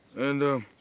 and urrh,